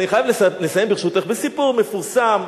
אני חייב לסיים בסיפור מפורסם,